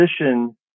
position